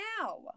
now